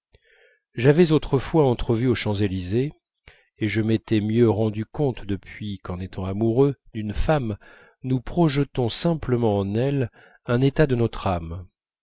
j'avais autrefois entrevu aux champs-élysées et je m'étais rendu mieux compte depuis qu'en étant amoureux d'une femme nous projetons simplement en elle un état de notre âme